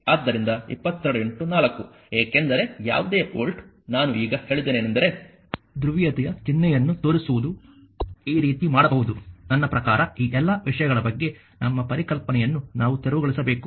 ಆದ್ದರಿಂದ 22 4 ಏಕೆಂದರೆ ಯಾವುದೇ ವೋಲ್ಟ್ ನಾನು ಈಗ ಹೇಳಿದ್ದೇನೆಂದರೆ ಧ್ರುವೀಯತೆಯ ಚಿಹ್ನೆಯನ್ನು ತೋರಿಸುವುದು ಈ ರೀತಿ ಮಾಡಬಹುದು ನನ್ನ ಪ್ರಕಾರ ಈ ಎಲ್ಲ ವಿಷಯಗಳ ಬಗ್ಗೆ ನಮ್ಮ ಪರಿಕಲ್ಪನೆಯನ್ನು ನಾವು ತೆರವುಗೊಳಿಸಬೇಕು